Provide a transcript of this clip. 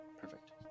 perfect